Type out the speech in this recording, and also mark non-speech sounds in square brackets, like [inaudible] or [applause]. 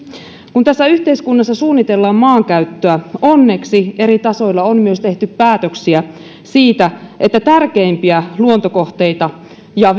kun tässä yhteiskunnassa suunnitellaan maankäyttöä onneksi eri tasoilla on myös tehty päätöksiä siitä että tärkeimpiä luontokohteita ja [unintelligible]